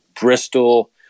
Bristol